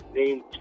named